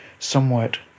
somewhat